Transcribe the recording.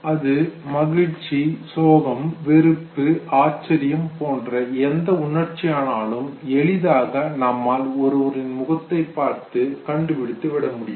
அது மகிழ்ச்சி சோகம் வெறுப்பு ஆச்சரியம் போன்ற எந்த உணர்ச்சியானாலும் எளிதாக நம்மால் ஒருவரின் முகத்தை பார்த்தே கண்டுபிடித்து விட முடியும்